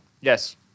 Yes